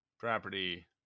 Property